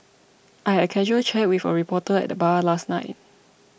I had a casual chat with a reporter at the bar last night